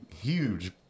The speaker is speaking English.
huge